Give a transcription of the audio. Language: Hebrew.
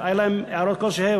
אם יהיו להם הערות כלשהן.